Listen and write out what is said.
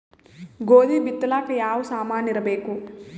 ಗೋಧಿ ಬಿತ್ತಲಾಕ ಯಾವ ಸಾಮಾನಿರಬೇಕು?